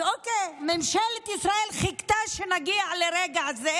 אז אוקיי, ממשלת ישראל חיכתה שנגיע לרגע הזה,